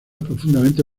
profundamente